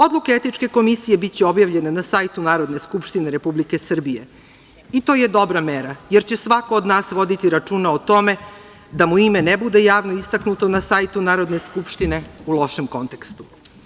Odluke etičke komisije biće objavljene na sajtu Narodne skupštine Republike Srbije i to je dobra mera, jer će svako od nas voditi računa o tome da mu ime ne bude javno istaknuto na sajtu Narodne skupštine u lošem kontekstu.